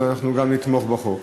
אבל אנחנו נתמוך גם בחוק.